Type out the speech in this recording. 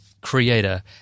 Creator